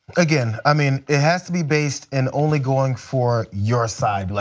again, i mean it has to be based in only going for your site.